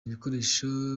ibikoresho